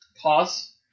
pause